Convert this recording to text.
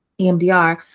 EMDR